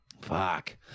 Fuck